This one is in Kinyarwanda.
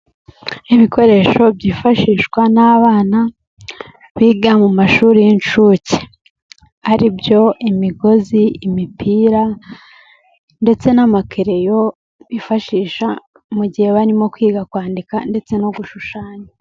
Ibikoresho byifashishwa n'abana biga mu mashuri y'inshuke, aribyo: imigozi, imipira ndetse n'amakereyo bifashisha mu gihe barimo kwiga kwandika ndetse no gushushanya.